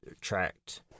tracked